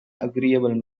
agreeable